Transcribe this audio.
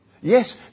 Yes